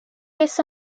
kes